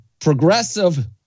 Progressive